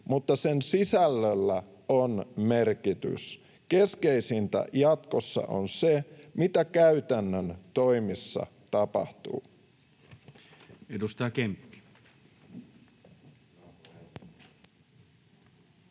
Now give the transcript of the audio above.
sen sisällöllä on merkitys. Keskeisintä jatkossa on se, mitä käytännön toimissa tapahtuu. [Sari